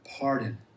pardon